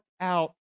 out